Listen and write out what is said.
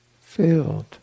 filled